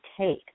take